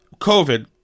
COVID